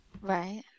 Right